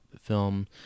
film